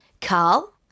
Carl